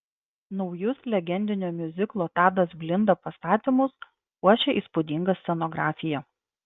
naujus legendinio miuziklo tadas blinda pastatymus puošia įspūdinga scenografija